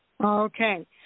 Okay